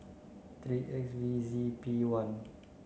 three X V Z P one